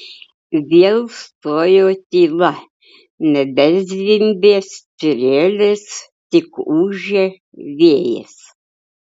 vėl stojo tyla nebezvimbė strėlės tik ūžė vėjas